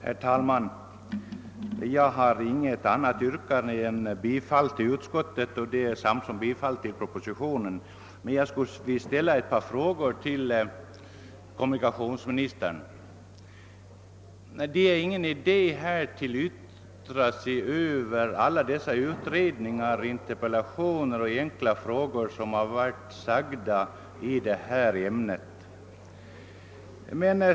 Herr talman! Jag har inget annat vyrkande än om bifall till utskottets hemställan vilket är detsamma som bifall till propositionen, men jag skulle vilja ställa ett par frågor till kommunikationsministern. Det är ingen idé att yttra sig över alla utredningar, interpellationer och enkla frågor i detta ämne.